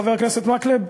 חבר הכנסת מקלב?